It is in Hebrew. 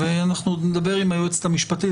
ואנחנו עוד נדבר עם היועצת המשפטית,